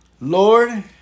Lord